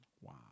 Wow